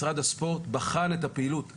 משרד הספורט בחן את הפעילות,